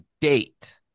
date